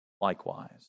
likewise